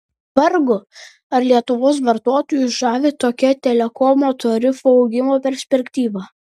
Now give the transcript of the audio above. vargu ar lietuvos vartotojus žavi tokia telekomo tarifų augimo perspektyva